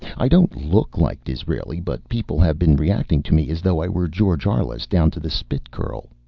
i don't look like disraeli, but people have been reacting to me as though i were george arliss down to the spit-curl.